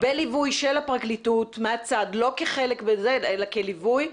בליווי הפרקליטות מהצד, לא כחלק אלא כליווי.